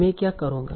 मैं कया करूँगा